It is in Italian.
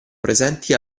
presenti